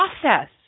process